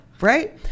right